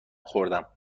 خوردم